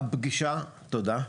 תודה.